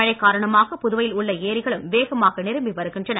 மழை காரணமாக புதுவையில் உள்ள ஏரிகளும் வேகமாக நிரம்பி வருகின்றன